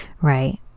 Right